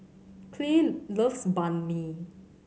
Clay loves Banh Mi